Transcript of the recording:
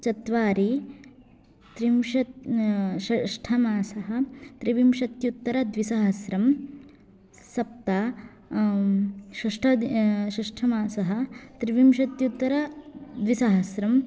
चत्वारि त्रिंशत् षष्टमासः त्रिंशत्युत्तरद्विसहस्रं सप्त षष्ट षष्टमासः त्रिंशत्युत्तरद्विसहस्रं